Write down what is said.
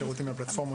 תודה רבה